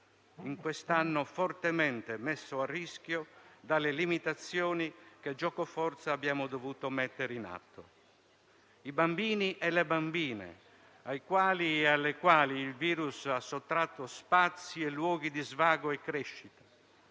in quest'anno fortemente messo a rischio dalle limitazioni che, giocoforza, abbiamo dovuto mettere in atto. Penso ai bambini e alle bambine, ai quali e alle quali il virus ha sottratto spazi e luoghi di svago e crescita;